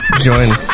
join